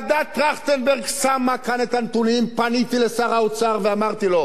כשוועדת-טרכטנברג שמה כאן את הנתונים פניתי לשר האוצר ואמרתי לו: